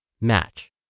match